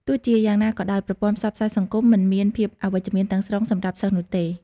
ទោះជាយ៉ាងណាក៏ដោយ ប្រព័ន្ធផ្សព្វផ្សាយសង្គមមិនមានភាពអវិជ្ជមានទាំងស្រុងសម្រាប់សិស្សនោះទេ។